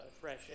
fresh